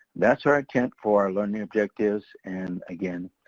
that's our intent for learning objectives and again,